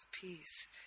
peace